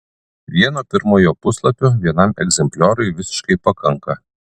vieno pirmojo puslapio vienam egzemplioriui visiškai pakanka